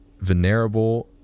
venerable